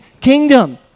kingdom